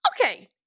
Okay